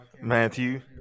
matthew